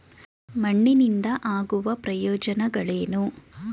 ಮಣ್ಣಿನಿಂದ ಆಗುವ ಪ್ರಯೋಜನಗಳೇನು?